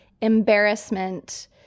embarrassment –